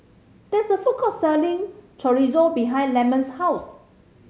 there is a food court selling Chorizo behind Lemon's house